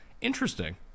Interesting